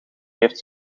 heeft